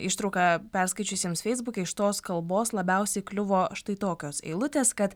ištrauką perskaičiusiems feisbuke iš tos kalbos labiausiai kliuvo štai tokios eilutės kad